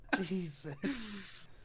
Jesus